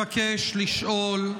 לשאול: